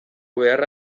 beharra